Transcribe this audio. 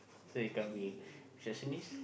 so you can't be receptionist